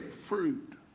fruit